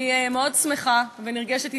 אני מאוד שמחה ונרגשת אתך,